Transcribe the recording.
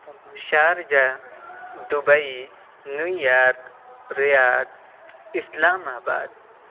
Sharjah Dubai New York Riyadh اسلام آباد